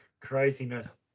Craziness